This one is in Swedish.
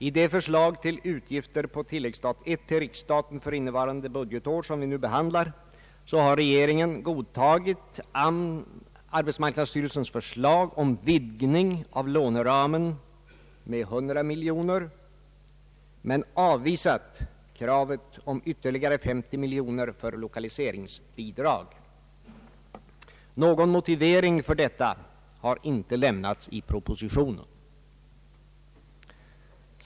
I det förslag till utgifter på tilläggsstat I till riksstaten för innevarande budgetår som vi nu behandlar har regeringen godtagit arbetsmarknadsstyrelsens förslag till vidgning av låneramen med 100 miljoner kronor men avvisat kravet på ytterligare 50 miljoner kronor för lokaliseringsbidrag. Någon motivering för detta har inte lämnats i propositionen.